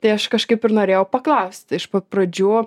tai aš kažkaip ir norėjau paklaust iš pat pradžių